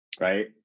right